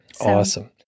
Awesome